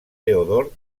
teodor